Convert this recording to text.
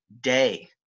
day